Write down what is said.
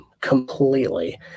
completely